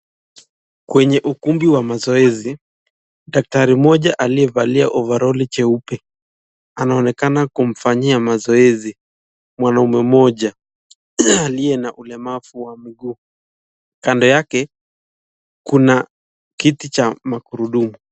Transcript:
Kwenye ukumbi wa mazoezi, daktari moja aliyevalia ovaroli jeupe anaonekana kumfanyia mazoezi mwanaume mmoja aliye na ulemavu wa mguu. Kando yake kuna kiti cha magurudumu.